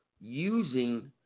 using